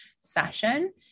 session